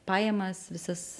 pajamas visas